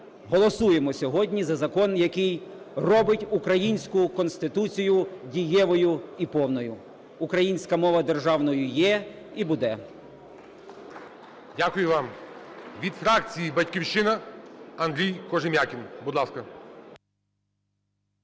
голосуємо сьогодні за закон, який робить українську Конституцію дієвою і повною. Українська мова державною є і буде. 10:34:35 ГОЛОВУЮЧИЙ. Дякую вам. Від фракції "Батьківщина" Андрій Кожем'якін. Будь ласка.